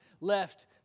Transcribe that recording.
left